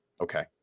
okay